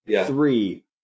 Three